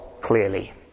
clearly